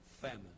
famine